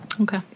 Okay